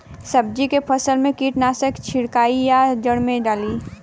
सब्जी के फसल मे कीटनाशक छिड़काई या जड़ मे डाली?